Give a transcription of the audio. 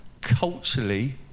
culturally